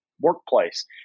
workplace